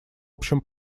общем